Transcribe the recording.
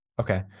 Okay